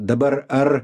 dabar ar